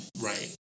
Right